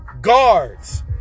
guards